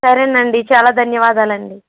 సరేనండి చాలా ధన్యవాదాలండి